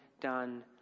done